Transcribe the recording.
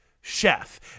chef